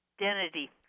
identity